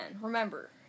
Remember